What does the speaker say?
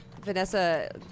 Vanessa